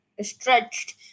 stretched